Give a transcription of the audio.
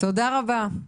תודה רבה.